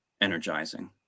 energizing